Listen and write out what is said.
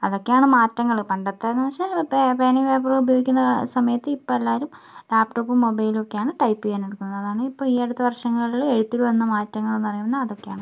അതൊക്കെയാണ് മാറ്റങ്ങൾ പണ്ടത്തേന്നുവെച്ചാൽ ഇങ്ങനെ പേ പേനയും പേപ്പറും ഉപയോഗിക്കുന്ന സമയത്ത് ഇപ്പൊൾ എല്ലാവരും ലാപ്ടോപ്പും മൊബൈലുമൊക്കെയാണ് ടൈപ് ചെയ്യാൻ എടക്കുന്നത് അതാണ് ഇപ്പോൾ ഈ അടുത്ത വർഷങ്ങളിൽ എഴുത്തിൽ വന്ന മാറ്റങ്ങൾ എന്ന് പറയാവുന്നത് അതൊക്കെയാണ്